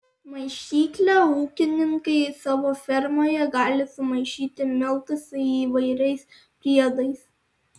maišykle ūkininkai savo fermoje gali sumaišyti miltus su įvairiais priedais